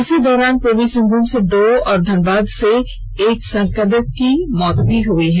इस दौरान पूर्वी सिंहभूम से दो और धनबाद से एक संक्रमित की मौत भी हो गई है